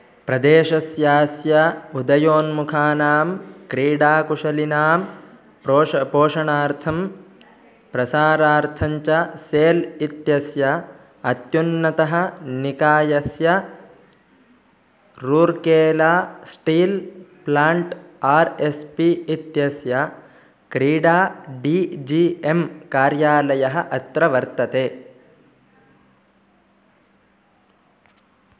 प्रदेशस्यास्य उदयोन्मुखानां क्रीडाकुशलिनां प्रोष पोषणार्थं प्रसारार्थञ्च सेल् इत्यस्य अत्युन्नतः निकायस्य Rourkela steel plant R S P इत्यस्य क्रीडा डी जी एम् कार्यालयः अत्र वर्तते